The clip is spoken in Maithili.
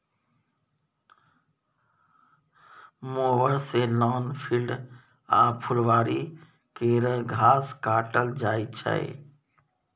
मोबर सँ लॉन, फील्ड आ फुलबारी केर घास काटल जाइ छै